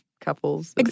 couples